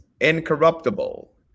incorruptible